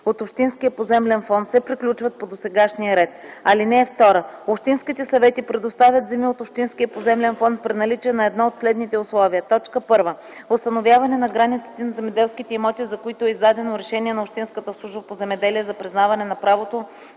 от общинския поземлен фонд се приключват по досегашния ред. (2) Общинските съвети предоставят земи от общинския поземлен фонд при наличие на едно от следните условия: 1. установяване на границите на земеделските имоти, за които е издадено решение на общинската служба по земеделие за признаване на правото